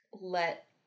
let